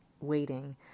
waiting